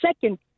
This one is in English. second